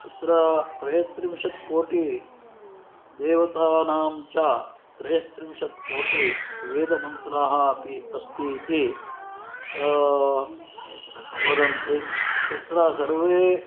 तत्र त्रयत्रिंशत्कोटिदेवतानां च त्रयस्त्रिंशत्कोटिवेदमन्त्राः अपि अस्ति इति वदन्ति तत्र सर्वे